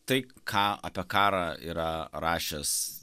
tai ką apie karą yra rašęs